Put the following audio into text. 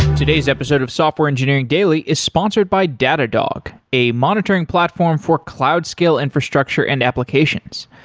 today's episode of software engineering daily is sponsored by datadog, a monitoring platform for cloud scale infrastructure and applications.